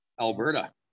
alberta